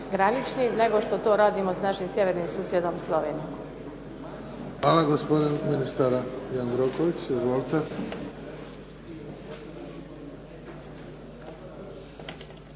granični nego što to radimo s našim sjevernim susjedom Slovenijom. **Bebić, Luka (HDZ)** Hvala. Gospodin ministar Jandroković. Izvolite.